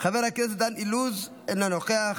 חבר הכנסת דן אילוז, אינו נוכח,